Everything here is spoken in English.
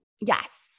Yes